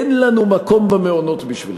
אין לנו מקום במעונות בשבילך.